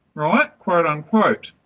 right? quote unquote.